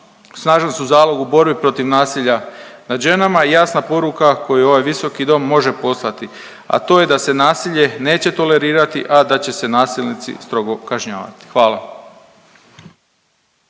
snažan su zalog u borbi protiv nasilja nad ženama i jasna poruka koju ovaj Visoki dom može poslati, a to je da se nasilje neće tolerirati, a da će se nasilnici strogo kažnjavati. Hvala.